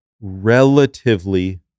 relatively